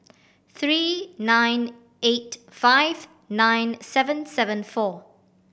three nine eight five nine seven seven four